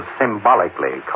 symbolically